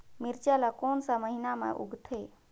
मिरचा ला कोन सा महीन मां उगथे?